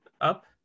up